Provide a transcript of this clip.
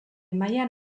mailan